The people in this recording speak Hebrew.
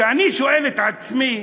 כשאני שואל את עצמי,